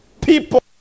People